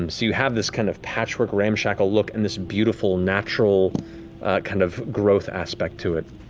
um so you have this kind of patchwork, ramshackle look and this beautiful, natural kind of growth aspect to it.